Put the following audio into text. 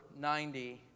90